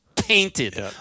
Painted